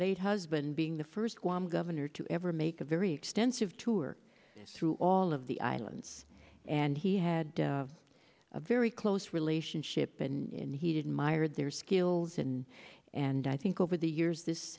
late husband being the first woman governor to ever make a very extensive tour through all of the islands and he had a very close relationship and he didn't my or their skills and and i think over the years this